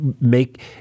make